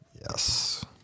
Yes